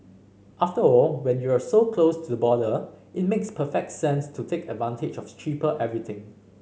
after all when you're so close to the border it makes perfect sense to take advantage of cheaper everything